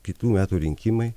kitų metų rinkimai